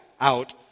out